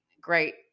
great